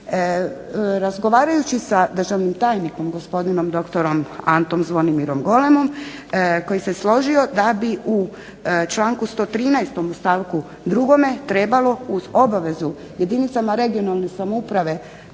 Razgovarajući sa državnim tajnikom gospodinom doktorom Antom Zvonimirom Golemom koji se složio da bi u članku 113. stavku 2. trebalo uz obavezu jedinicama regionalne samouprave